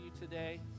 today